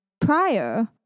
prior